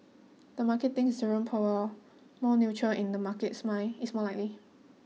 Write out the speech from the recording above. the market thinks Jerome Powell more neutral in the market's mind is more likely